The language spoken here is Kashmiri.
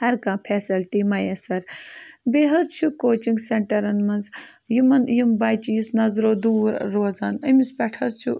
ہر کانٛہہ فیسَلٹی میَسر بیٚیہِ حظ چھُ کوچِنٛگ سینٹَرَن منٛز یِمَن یِم بَچہٕ یُس نظرو دوٗر روزان أمِس پٮ۪ٹھ حظ چھُ